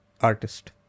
artist